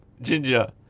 Ginger